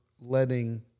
letting